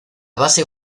base